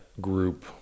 group